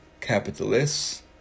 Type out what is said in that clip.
capitalists